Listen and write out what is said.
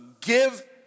Give